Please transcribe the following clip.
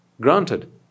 Granted